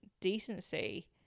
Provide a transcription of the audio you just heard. decency